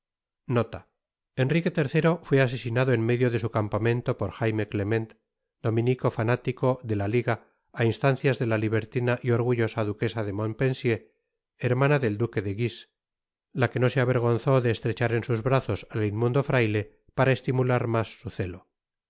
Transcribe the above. enrique iii fué asesinado en medio de su campamento por jaime ctement dominico fanático de ta liga á instancias de ta tibertina y orguttoea duquesa de montpenster hermana det duque de guise ta que no se avergonzo de estrechar en sus brazos at inmundo fraite para estimutar mas su ceto